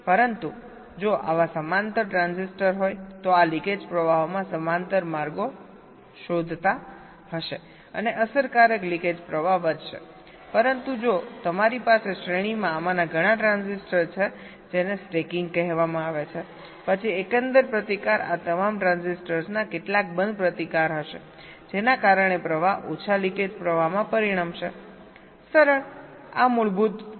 પરંતુ જો આવા સમાંતર ટ્રાન્ઝિસ્ટર હોય તો આ લિકેજ પ્રવાહો સમાંતર માર્ગો શોધતા હશે અને અસરકારક લિકેજ પ્રવાહ વધશે પરંતુ જો તમારી પાસે શ્રેણીમાં આમાંના ઘણા ટ્રાન્ઝિસ્ટર છે જેને સ્ટેકીંગ કહેવામાં આવે છે પછી એકંદર પ્રતિકાર આ તમામ ટ્રાન્ઝિસ્ટર્સના કેટલાક બંધ પ્રતિકાર હશે જેના કારણે પ્રવાહ ઓછા લિકેજ પ્રવાહ માં પરિણમશે સરળ આ મૂળભૂત વિચાર છે